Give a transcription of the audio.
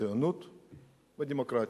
ציונות ודמוקרטיה.